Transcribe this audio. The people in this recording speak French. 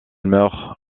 meurt